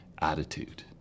attitude